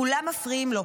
כולם מפריעים לו.